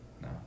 no